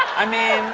i mean,